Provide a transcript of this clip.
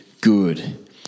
good